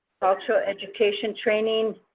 cultural education training,